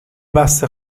بسه